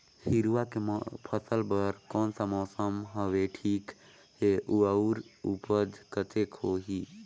हिरवा के फसल बर कोन सा मौसम हवे ठीक हे अउर ऊपज कतेक होही?